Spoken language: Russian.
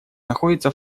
находится